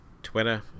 twitter